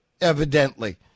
evidently